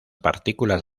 partículas